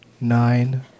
Nine